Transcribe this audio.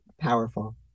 powerful